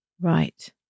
Right